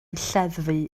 lleddfu